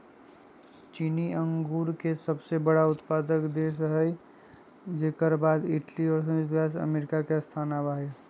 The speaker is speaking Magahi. चीन अंगूर के सबसे बड़ा उत्पादक देश हई जेकर बाद इटली और संयुक्त राज्य अमेरिका के स्थान आवा हई